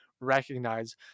recognize